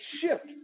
shift